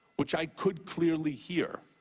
which i could clearly hear,